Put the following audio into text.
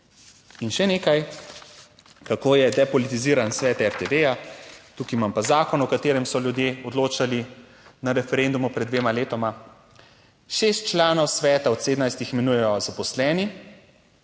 In še nekaj, kako je depolitiziran svet RTV. Tukaj imam pa zakon, o katerem so ljudje odločali na referendumu pred dvema letoma. 6 članov sveta od 17 jih imenujejo zaposleni,